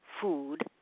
food